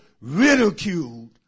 ridiculed